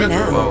now